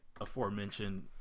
aforementioned